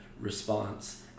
response